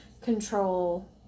control